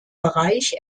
bereich